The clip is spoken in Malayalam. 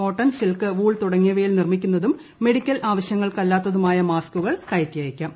കോട്ടൺ സിൽക്ക് വൂൾ തുടങ്ങിയവയിൽ നിർമിക്കുന്നതും മെഡിക്കൽ ആവശ്യങ്ങൾക്കല്ലാത്തതുമായ മാസ്കുകൾ കയറ്റി അയയ്ക്കാം